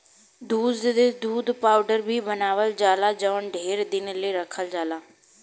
दूध से दूध पाउडर भी बनावल जाला जवन ढेरे दिन ले रखल जाला